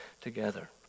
together